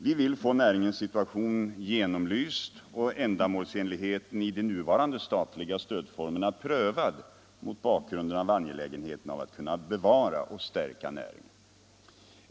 Vi vill få näringens situation genomlyst och ändamålsenligheten i de nuvarande statliga stödformerna prövad mot bakgrund av angelägenheten av att kunna bevara och stärka näringen.